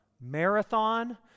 Marathon